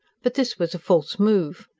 but this was a false move.